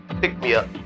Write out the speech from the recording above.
pick-me-up